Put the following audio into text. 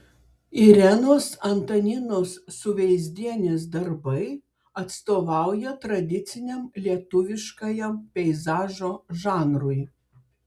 irenos antaninos suveizdienės darbai atstovauja tradiciniam lietuviškajam peizažo žanrui